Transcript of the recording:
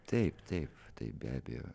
taip taip taip be abejo